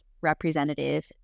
representative